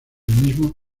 mismo